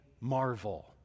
marvel